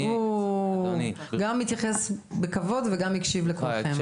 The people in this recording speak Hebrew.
הוא גם מתייחס בכבוד וגם הקשיב לכולכם.